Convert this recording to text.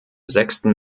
sechsten